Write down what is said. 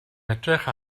edrych